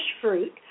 fruit